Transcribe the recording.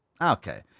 Okay